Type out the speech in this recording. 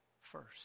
first